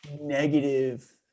negative